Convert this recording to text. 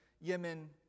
Yemen